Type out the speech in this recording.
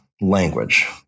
language